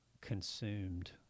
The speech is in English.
consumed